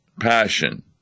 Passion